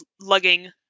lugging